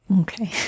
okay